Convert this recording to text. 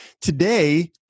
Today